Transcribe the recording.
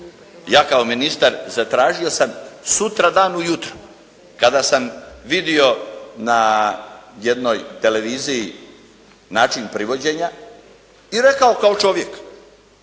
ja kao ministar zatražio sam sutradan u jutro kada sam vidio na jednoj televiziji način privođenja i rekao tom čovjeku